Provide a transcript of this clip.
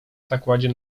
zakładzie